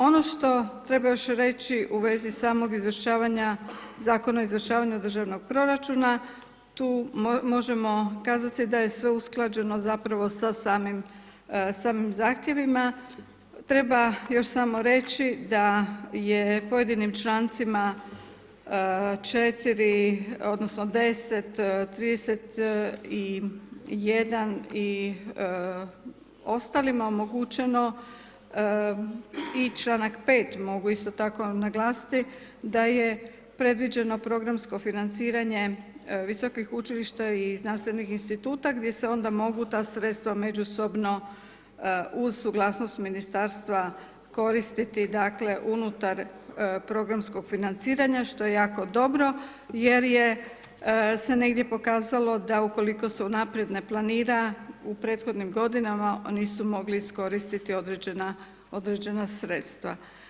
Ono što treba još reći u vezi samog izvršavanja Zakona o izvršavanju državnog proračuna, tu možemo kazati da je sve usklađeno zapravo sa samim zahtjevima, treba još samo reći da je pojedinim člancima četiri, odnosno deset, trideset i jedan i ostalima omogućeno i članak pet isto tako mogu naglasiti, da je predviđeno programsko financiranje visokih učilišta i znanstvenih instituta gdje se onda mogu ta sredstva međusobno uz suglasnost ministarstva koristiti dakle, unutar programskog financiranja što je jako dobro jer je, se negdje pokazalo da ukoliko se naprijed ne planira u prethodnim godinama nisu mogli iskoristiti određena sredstva.